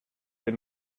they